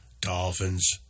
dolphins